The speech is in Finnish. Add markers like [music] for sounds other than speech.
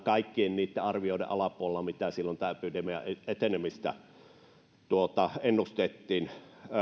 [unintelligible] kaikkien niitten arvioiden alapuolella mitä tämän epidemian etenemisestä ennustettiin